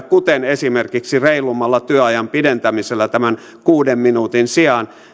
kuten esimerkiksi reilummalla työajan pidentämisellä tämän kuuden minuutin sijaan